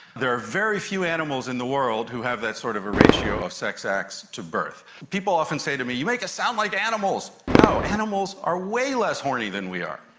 there are very few animals in the world who have that sort of a ratio of sex acts to birth. people often say to me, you make us sound like animals. no, animals are way less horny than we are.